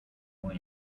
more